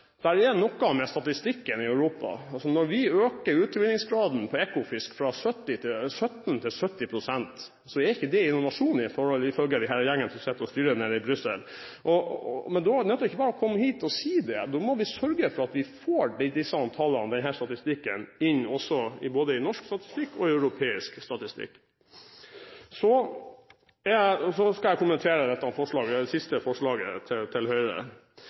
er noe med statistikken i Europa. Når vi øker utvinningsgraden på Ekofisk fra 17 til 70 pst, er ikke det innovasjon, ifølge den gjengen som sitter og styrer nede i Brussel. Men da nytter det ikke bare å komme hit og si det, da må vi sørge for at vi får disse tallene, denne statistikken, inn både i norsk og i europeisk statistikk. Jeg skal kommentere det siste forslaget til Høyre. Her kommer vi inn på det